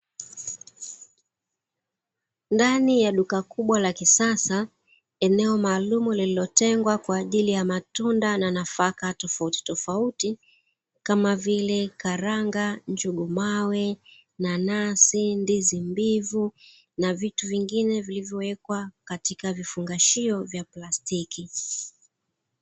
Ndani ya duka kubwa la kisasa eneo maalumu lililotengwa kwa ajili ya matunda na nafaka tofauti tofauti kama vile karanga, njugu mawe, nanasi, ndizi mbivu na vitu vingine vilivyowekwa katika vifungashio vya plastiki.